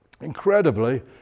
incredibly